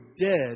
dead